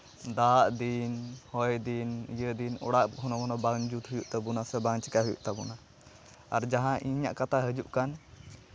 ᱫᱟᱜ ᱫᱤᱱ ᱦᱚᱭ ᱫᱤᱱ ᱤᱭᱟᱹ ᱫᱤᱱ ᱚᱲᱟᱜ ᱜᱷᱚᱱᱚ ᱵᱟᱝ ᱡᱩᱛ ᱦᱩᱭᱩᱜ ᱛᱟᱵᱚᱱᱟ ᱥᱮ ᱵᱟᱝ ᱪᱤᱠᱟᱭ ᱦᱩᱭᱩᱜ ᱛᱟᱵᱚᱱᱟ ᱟᱨ ᱡᱟᱦᱟᱸ ᱤᱧᱟᱹᱜ ᱠᱟᱛᱷᱟ ᱦᱤᱡᱩᱜ ᱠᱟᱱ